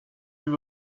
you